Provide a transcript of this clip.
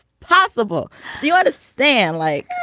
possible you understand like